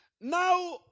Now